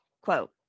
quote